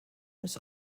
was